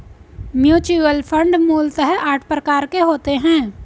mutual fund मूलतः आठ प्रकार के होते हैं